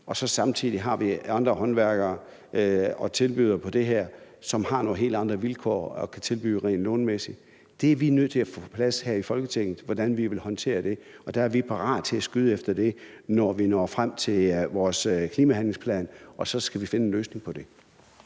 vi så samtidig har andre håndværkere og tilbydere på det her, som har nogle helt andre vilkår at kunne tilbyde rent lånemæssigt. Det er vi nødt til at få på plads her i Folketinget, altså hvordan vi vil håndtere det, og der er vi parat til at skyde efter det, når vi når frem til vores klimahandlingsplan – så skal vi finde en løsning på det.